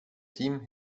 team